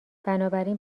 بنابراین